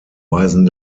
weisen